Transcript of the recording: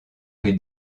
que